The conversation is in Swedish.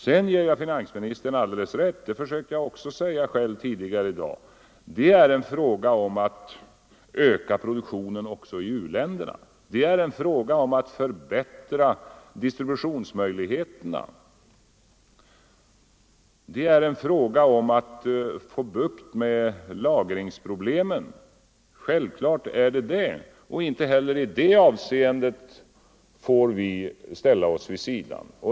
Sedan ger jag finansministern alldeles rätt när han säger att det är en fråga om att öka produktionen också i u-länderna, det försökte jag säga själv tidigare i dag. Det är en fråga om att förbättra distributionsmöjligheterna. Det är en fråga om att få bukt med lagringsproblemen. Inte heller i dessa avseenden får vi ställa oss vid sidan.